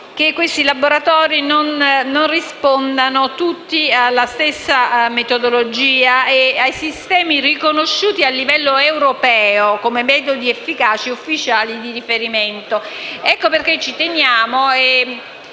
che questi laboratori non rispondano tutti alla stessa metodologia e ai sistemi riconosciuti a livello europeo come metodi efficaci e ufficiali di riferimento. Ecco perché ci teniamo -